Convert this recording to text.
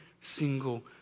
single